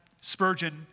Spurgeon